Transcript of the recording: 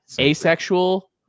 asexual